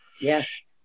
Yes